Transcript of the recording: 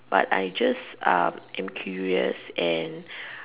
but I just am curious and